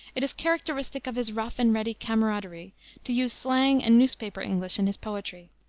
it is characteristic of his rough and ready camaraderie to use slang and newspaper english in his poetry,